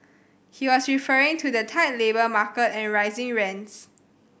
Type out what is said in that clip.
he was referring to the tight labour market and rising rents